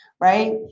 right